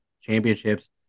championships